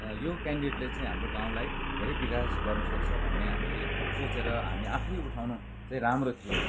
यो क्यानडिडेटले चाहिँ हाम्रो गाउँलाई धेरै विकास गर्नु सक्छ भन्ने हामीले सोँचेर हामी आफै उठाउनु चाहिँ राम्रो थियो